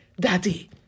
Daddy